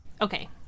Okay